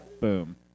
Boom